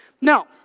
No